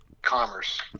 commerce